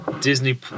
Disney